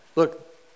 Look